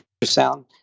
ultrasound